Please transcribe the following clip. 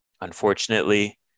unfortunately